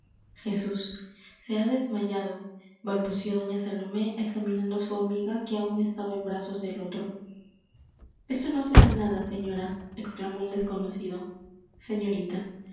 jesús se ha desmayado balbució doña salomé examinando a su amiga que aún estaba en brazos del otro esto no será nada señora exclamó el desconocido señorita